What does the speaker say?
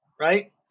right